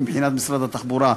מבחינת משרד התחבורה,